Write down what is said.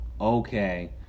Okay